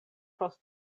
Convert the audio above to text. post